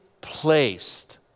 placed